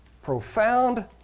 Profound